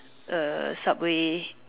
uh subway